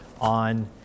on